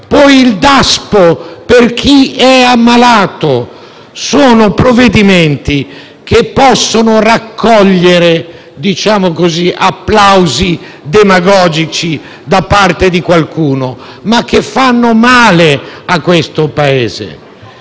come il Daspo per chi è ammalato, sono provvedimenti che possono raccogliere applausi demagogici da parte di qualcuno, ma che fanno male a questo Paese.